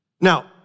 Now